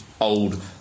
old